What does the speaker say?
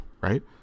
right